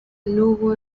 n’ubu